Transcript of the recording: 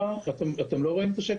בשקף השלישי